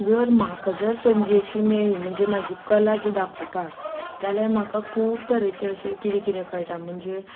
म्हाका जर संदी अशी मेळ्ळी म्हणजे म्हजी कला जी दाखोवपाक जाल्यार म्हाका खूब तरेचे अशें कितें कितें कळटा म्हणजे